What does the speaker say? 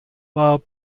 while